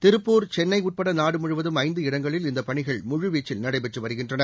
திருப்பூர் சென்னை உட்பட நாடு முழுவதும் ஐந்து இடங்களில் இந்த பணிகள் முழுவீச்சில் நடைபெற்று வருகின்றன